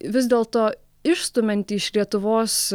vis dėlto išstumianti iš lietuvos